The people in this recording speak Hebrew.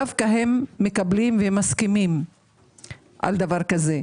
דווקא הם מקבלים ומסכימים על זה.